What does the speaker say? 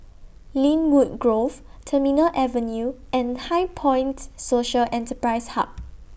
Lynwood Grove Terminal Avenue and HighPoint Social Enterprise Hub